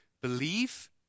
believe